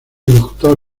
doctor